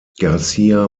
garcía